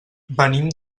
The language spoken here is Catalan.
venim